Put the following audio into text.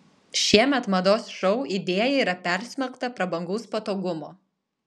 šiemet mados šou idėja yra persmelkta prabangaus patogumo